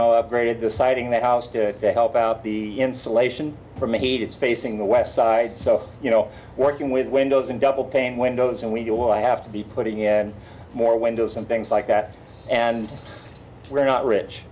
know upgraded the siding that house to help out the insulation from aids facing the west side so you know working with windows and double pane windows and we do i have to be putting in more windows and things like that and we're not rich